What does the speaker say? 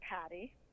Patty